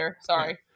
Sorry